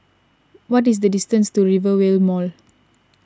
what is the distance to Rivervale Mall